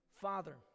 father